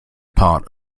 part